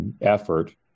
effort